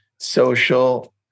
social